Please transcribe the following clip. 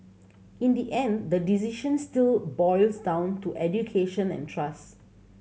in the end the decision still boils down to education and trust